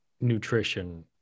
nutrition